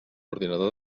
ordinador